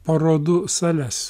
parodų sales